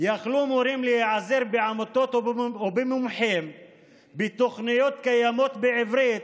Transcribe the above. יכלו מורים להיעזר בעמותות ובמומחים ובתוכניות קיימות בעברית,